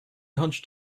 hunched